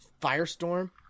Firestorm